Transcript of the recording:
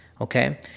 okay